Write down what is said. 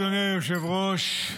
אדוני היושב-ראש,